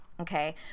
okay